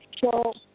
show